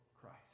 Christ